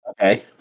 Okay